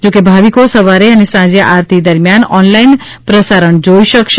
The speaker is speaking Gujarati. જો કે ભાવિકો સવારે અને સાંજે આરતી દરમિયાન ઓનલાઈન પ્રસારણ જોઈ શકશે